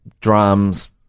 drums